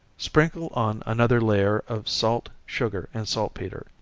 sprinkle on another layer of salt, sugar, and salt-petre,